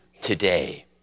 today